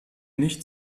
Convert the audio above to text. nicht